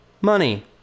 Money